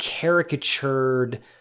caricatured